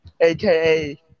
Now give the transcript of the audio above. aka